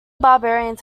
barbarians